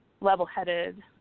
level-headed